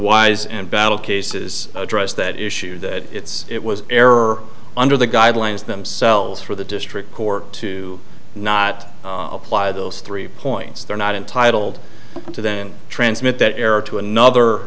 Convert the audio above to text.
wise and battle cases address that issue that it's it was error under the guidelines themselves for the district court to not apply those three points they're not entitled to then transmit that error to another